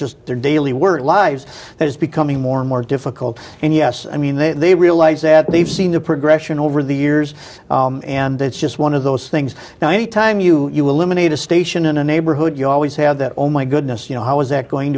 just their daily work lives that is becoming more and more difficult and yes i mean they realize that they've seen the progression over the years and it's just one of those things now any time you you eliminate a station in a neighborhood you always have that oh my goodness you know how is that going